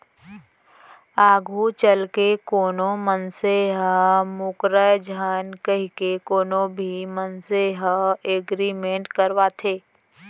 आघू चलके कोनो मनसे ह मूकरय झन कहिके कोनो भी मनसे ह एग्रीमेंट करवाथे